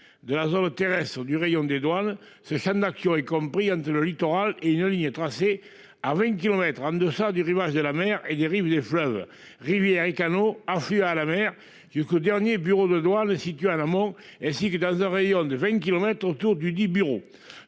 De la zone terrestre du rayon des douanes. C'est ça. A qui on est compris entre le littoral et une ligne tracée à 20 kilomètres en deçà du Rivage de la mer et des rives des fleuves rivières et canaux. À la mer, jusqu'au dernier bureau de douane située à maman, ainsi que dans un rayon de 20 kilomètres autour du 10. Bureau